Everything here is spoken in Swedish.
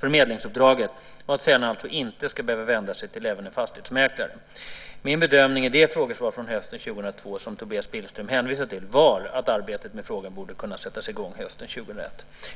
förmedlingsuppdraget och att säljaren alltså inte ska behöva vända sig även till en fastighetsmäklare. Min bedömning i det frågesvar från hösten 2000 som Tobias Billström hänvisar till var att arbetet med frågan borde kunna sättas i gång hösten 2001.